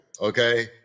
okay